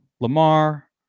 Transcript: Lamar